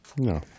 No